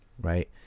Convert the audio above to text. Right